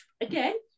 again